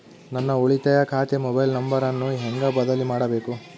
ನನ್ನ ಉಳಿತಾಯ ಖಾತೆ ಮೊಬೈಲ್ ನಂಬರನ್ನು ಹೆಂಗ ಬದಲಿ ಮಾಡಬೇಕು?